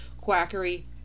quackery